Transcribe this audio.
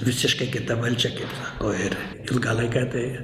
visiškai kita valdžia kaip sako ir ilgą laiką tai